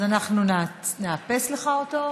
אז אנחנו נאפס לך אותו,